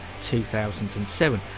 2007